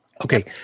Okay